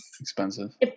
expensive